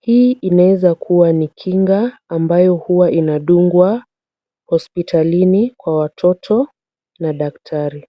hii inaweza kuwa ni kinga ambayo huwa inadungwa hospitalini kwa watoto na daktari.